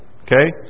Okay